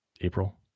April